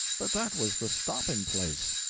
but that was the stopping place.